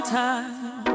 time